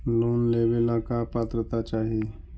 Loan लेवेला का पात्रता चाही?